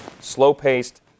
slow-paced